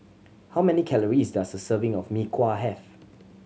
how many calories does a serving of Mee Kuah have